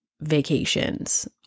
vacations